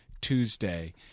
Tuesday